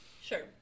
Sure